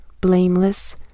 blameless